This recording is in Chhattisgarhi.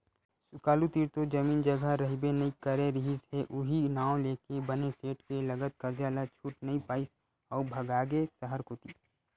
सुकालू तीर तो जमीन जघा रहिबे नइ करे रिहिस हे उहीं नांव लेके बने सेठ के लगत करजा ल छूट नइ पाइस अउ भगागे सहर कोती